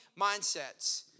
mindsets